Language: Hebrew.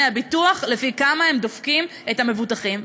הביטוח לפי כמה הם דופקים את המבוטחים,